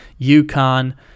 UConn